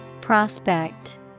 Prospect